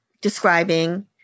describing